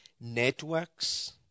networks